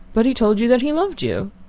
but he told you that he loved you.